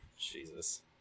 Jesus